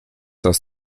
das